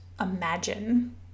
imagine